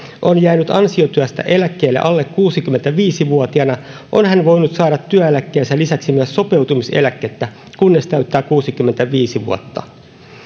on jäänyt ansiotyöstä eläkkeelle alle kuusikymmentäviisi vuotiaana on hän voinut saada työeläkkeensä lisäksi myös sopeutumiseläkettä kunnes täyttää kuusikymmentäviisi vuotta